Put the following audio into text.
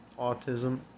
autism